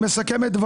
אני פותח את הדיון,